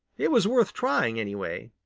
it was worth trying, anyway.